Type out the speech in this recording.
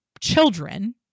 children